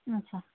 ᱟᱪᱪᱷᱟ